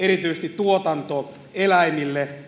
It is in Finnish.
erityisesti tuotantoeläimiin